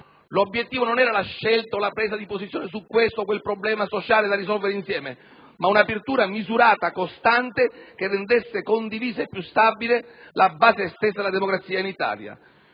L'obiettivo non era la scelta o la presa di posizione su questo o quel problema sociale da risolvere insieme, ma una apertura misurata, costante, che rendesse condivisa e più stabile la base stessa della democrazia in Italia.